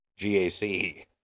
GAC